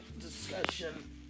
discussion